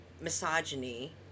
misogyny